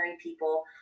people